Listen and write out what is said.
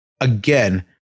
again